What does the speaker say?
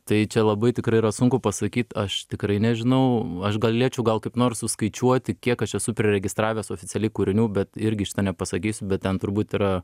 tai čia labai tikrai yra sunku pasakyt aš tikrai nežinau aš galėčiau gal kaip nors suskaičiuoti kiek aš esu priregistravęs oficialiai kūrinių bet irgi šito nepasakysiu bet ten turbūt yra